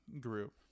group